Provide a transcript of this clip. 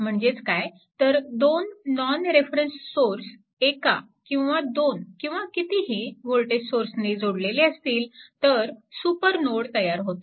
म्हणजेच काय तर दोन नॉन रेफेरंस सोर्स एका किंवा दोन किंवा कितीही वोल्टेज सोर्सने जोडलेले असतील तर सुपरनोड तयार होतो